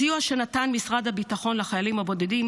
הסיוע שנתן משרד הביטחון לחיילים הבודדים